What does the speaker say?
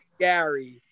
Gary